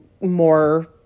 more